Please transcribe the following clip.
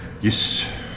Yes